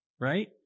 Right